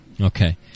Okay